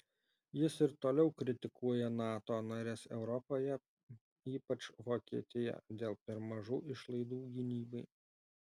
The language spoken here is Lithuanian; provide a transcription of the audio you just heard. jis ir toliau kritikuoja nato nares europoje ypač vokietiją dėl per mažų išlaidų gynybai